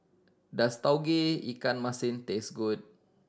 does Tauge Ikan Masin taste good